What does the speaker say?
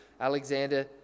Alexander